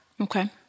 Okay